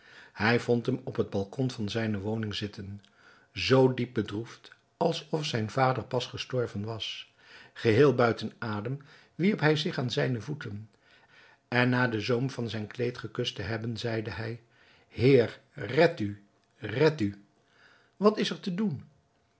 hij vond hem op het balkon van zijne woning zitten zoo diep bedroefd alsof zijn vader pas gestorven was geheel buiten adem wierp hij zich aan zijne voeten en na den zoom van zijn kleed gekust te hebben zeide hij heer red u red u wat is er te doen